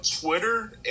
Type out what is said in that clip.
Twitter